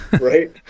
Right